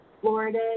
Florida